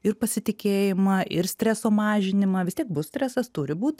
ir pasitikėjimą ir streso mažinimą vis tiek bus stresas turi būt